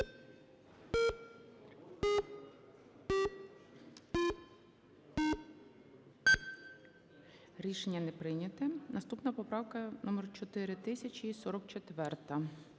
Рішення не прийнято. Наступна поправка - номер 4044.